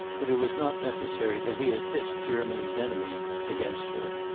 but it was not necessary that he assist germany's enemies against her.